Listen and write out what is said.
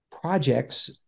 projects